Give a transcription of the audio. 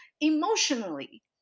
emotionally